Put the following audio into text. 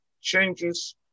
changes